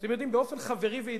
אתם יודעים, באופן חברי וידידותי,